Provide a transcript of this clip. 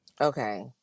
Okay